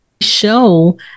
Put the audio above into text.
show